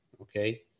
Okay